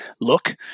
look